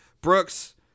Brooks